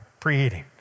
Preheating